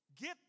get